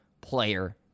player